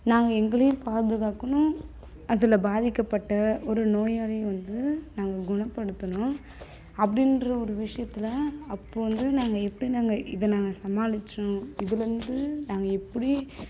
நாங்கள் எங்களையும் பாதுகாக்கணும் அதில் பாதிக்கப்பட்ட ஒரு நோயாளி வந்து நாங்கள் குணப்படுத்தணும் அப்படின்ற ஒரு விஷயத்தில் அப்போது வந்து நாங்கள் எப்படி நாங்கள் இதை நாங்கள் சமாளித்தோம் இதுலேருந்து நாங்கள் எப்படி